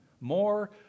more